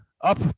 up